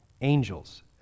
angels